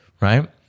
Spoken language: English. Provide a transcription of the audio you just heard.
right